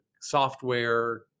software